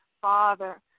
Father